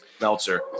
Meltzer